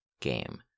game